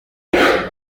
uyu